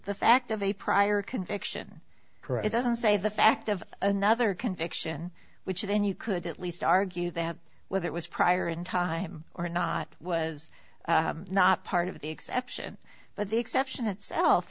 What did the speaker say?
the fact of a prior conviction for it doesn't say the fact of another conviction which then you could at least argue that whether it was prior in time or not was not part of the exception but the exception itself